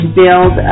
build